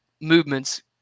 movements